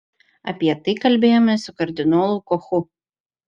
apie tai kalbėjome su kardinolu kochu